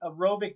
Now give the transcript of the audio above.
aerobic